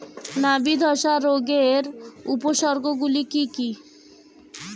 নাবি ধসা রোগের উপসর্গগুলি কি কি?